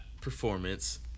performance